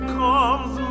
comes